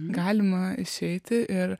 galima išeiti ir